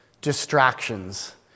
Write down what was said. distractions